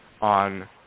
on